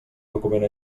document